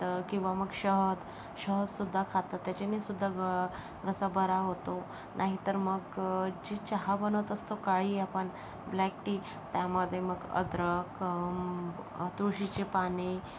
किंवा मग शहद शहदसुध्दा खातात त्याच्याने सुध्दा घ घसा बरा होतो नाहीतर मग जी चहा बनवत असतो काळी आपण ब्लॅक टी त्यामध्ये मग अद्रक तुळशीचे पाने